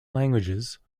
languages